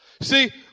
See